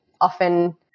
often –